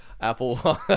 apple